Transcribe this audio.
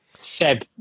Seb